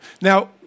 Now